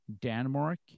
Denmark